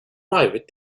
private